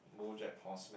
BoJack-Horseman